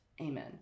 amen